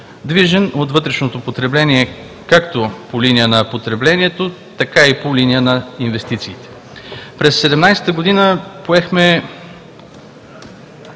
движен от вътрешното потребление, както по линия на потреблението, така и по линия на инвестициите. През 2017 г. поехме